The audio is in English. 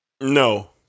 No